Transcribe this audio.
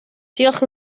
diolch